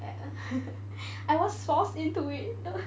I was forced into it